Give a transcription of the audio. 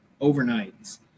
overnights